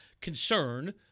concern